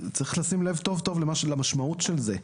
צריך לשים לב טוב-טוב למשמעות של זה.